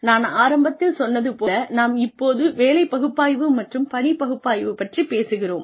நான் ஆரம்பத்தில் சொன்னது போல நாம் இப்போது வேலை பகுப்பாய்வு மற்றும் பணி பகுப்பாய்வு பற்றிப் பேசுகிறோம்